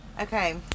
Okay